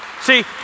See